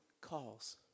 calls